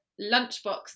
lunchbox